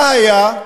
מה היה?